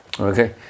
Okay